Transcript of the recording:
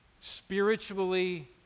spiritually